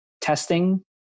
testing